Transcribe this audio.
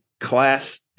class